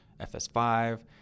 FS5